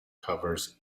covers